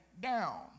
down